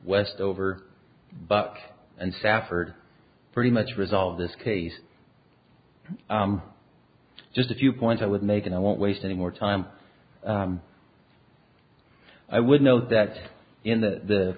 westover buck and stafford pretty much resolve this case just a few points i would make and i won't waste any more time i would note that in the